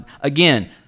Again